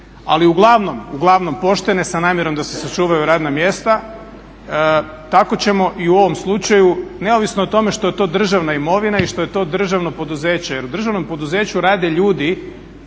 ali uglavnom, uglavnom poštene sa namjerom da se sačuvaju radna mjesta, tako ćemo i u ovom slučaju neovisno o tome što je to državna imovina i što je to državno poduzeće. Jer u državnom poduzeću rade ljudi